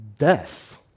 Death